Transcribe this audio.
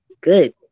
good